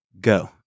go